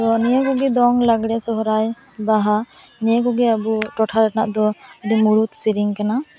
ᱛᱚ ᱱᱤᱭᱟᱹᱠᱚᱜᱮ ᱫᱚᱝ ᱞᱟᱜᱽᱲᱮ ᱥᱚᱨᱦᱟᱭ ᱵᱟᱦᱟ ᱱᱤᱭᱟᱹ ᱠᱚᱜᱮ ᱟᱵᱩ ᱴᱚᱴᱷᱟ ᱨᱮᱱᱟᱫᱚ ᱟᱹᱰᱤ ᱢᱩᱲᱩᱫ ᱥᱮᱨᱮᱧ ᱠᱟᱱᱟ